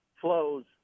flows